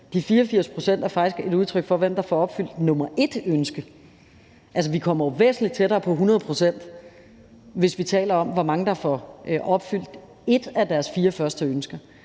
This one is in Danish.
De 84 pct. er faktisk dem, der får opfyldt deres ønske nummer et. Altså, vi kommer jo væsentlig tættere på 100 pct., hvis vi taler om, hvor mange der får opfyldt et af deres fire første ønsker.